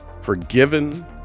Forgiven